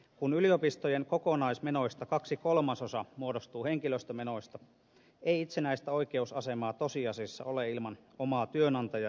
kun yliopistojen kokonaismenoista kaksi kolmasosaa muodostuu henkilöstömenoista ei itsenäistä oikeusasemaa tosiasiassa ole ilman omaa työnantaja ja henkilöstöpolitiikkaa